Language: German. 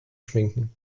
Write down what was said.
schminken